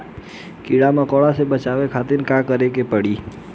कीड़ा मकोड़ा से बचावे खातिर का करे के पड़ी?